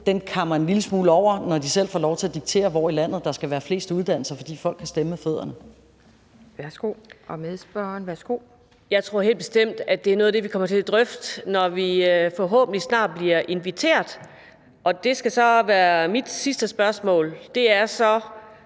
det kammer en lille smule over, når de selv får lov til at diktere, hvor i landet der skal være flest uddannelser, for folk vil stemme med fødderne. Kl. 14:01 Anden næstformand (Pia Kjærsgaard): Værsgo til medspørgeren. Kl. 14:01 Anni Matthiesen (V): Jeg tror helt bestemt, at det er noget af det, vi kommer til at drøfte, når vi forhåbentlig snart bliver inviteret. Det skal så være mit sidste spørgsmål: Hvornår